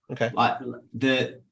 Okay